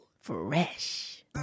fresh